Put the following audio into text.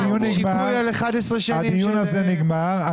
הדיון הזה נגמר,